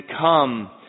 come